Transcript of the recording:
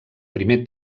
primer